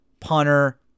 Punter